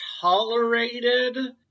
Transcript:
tolerated